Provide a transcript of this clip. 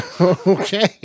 okay